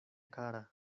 kara